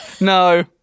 No